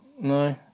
No